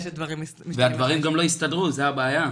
זה הבעיה.